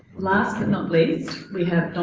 last but not least we have